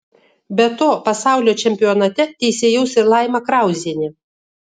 be to pasaulio čempionate teisėjaus ir laima krauzienė